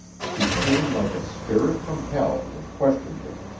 she came like a spirit from hell and questioned him.